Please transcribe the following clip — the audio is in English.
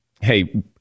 hey